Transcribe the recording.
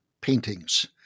paintings